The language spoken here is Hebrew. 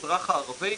לאזרח הערבי,